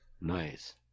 nice